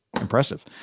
impressive